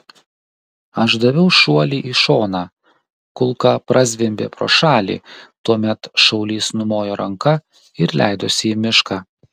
aš daviau šuolį į šoną kulka prazvimbė pro šalį tuomet šaulys numojo ranka ir leidosi į mišką